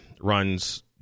runs